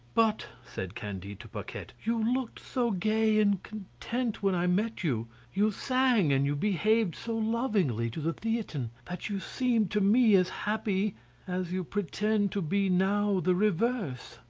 but, said candide to paquette, you looked so gay and content when i met you you sang and you behaved so lovingly to the theatin, that you seemed to me as happy as you pretend to be now the reverse.